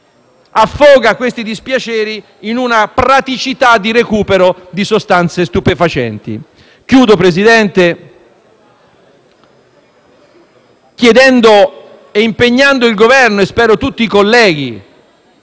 Affoga questi dispiaceri in una praticità di recupero di sostanze stupefacenti. Concludo, Presidente, chiedendo un impegno del Governo - e spero di tutti i colleghi